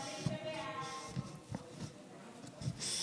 ההצעה להעביר את הצעת חוק הכניסה לישראל (תיקון מס'